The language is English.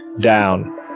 down